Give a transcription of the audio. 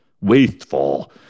Wasteful